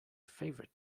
favorite